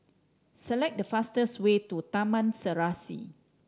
select the fastest way to Taman Serasi